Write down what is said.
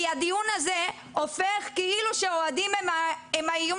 כי הדיון הזה הופך כאילו שאוהדים הם האיום